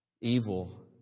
evil